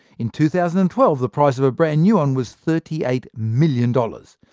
in two thousand and twelve, the price of a brand-new one was thirty eight million dollars.